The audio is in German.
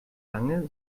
lange